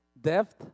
depth